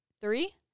Three